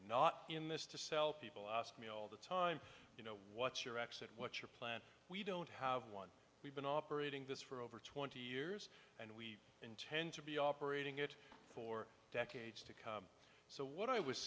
not in this to sell people ask me all the time you know what's your exit what's your plan we don't have one we've been operating this for over twenty years and intend to be operating it for decades to come so what i was